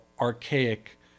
archaic